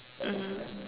mmhmm